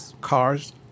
Cars